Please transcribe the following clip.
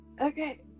Okay